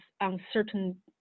uncertain